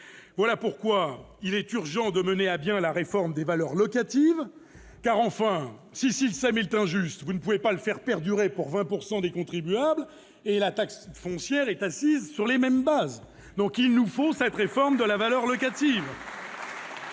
Voilà pourquoi il est urgent de mener à bien la réforme des valeurs locatives : si le système est injuste, vous ne pouvez pas le faire perdurer pour 20 % des contribuables, d'autant que la taxe foncière est assise sur les mêmes bases. Tout à fait ! Il nous faut donc cette réforme des valeurs locatives